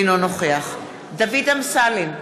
אינו נוכח דוד אמסלם,